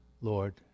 lord